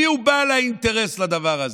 מיהו בעל האינטרס לדבר הזה?